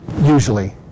usually